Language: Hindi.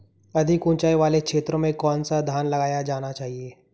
अधिक उँचाई वाले क्षेत्रों में कौन सा धान लगाया जाना चाहिए?